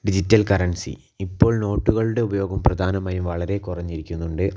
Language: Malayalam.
ഡിജിറ്റൽ കറൻസി ഇപ്പോൾ നോട്ടുകളുടെ ഉപയോഗം പ്രധാനമായും വളരെ കുറഞ്ഞിരിക്കുന്നുണ്ട്